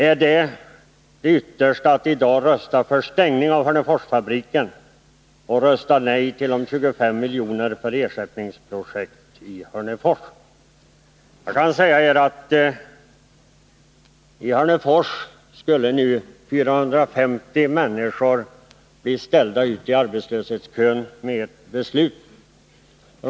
Är det yttersta som ni kan göra att i dag rösta för stängning av Hörneforsfabriken och rösta nej till 25 milj.kr. för ersättningsprojekt i Hörnefors? Efter ett sådant beslut skulle 450 människor i Hörnefors få ställa sig i arbetslöshetskön.